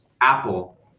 Apple